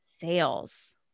sales